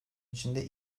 içinde